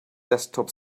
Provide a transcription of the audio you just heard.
desktop